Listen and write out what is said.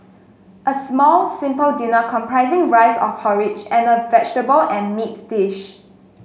a small simple dinner comprising rice or porridge and a vegetable and meat dish